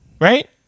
right